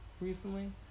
recently